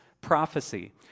prophecy